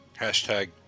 Hashtag